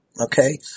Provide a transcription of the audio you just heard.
Okay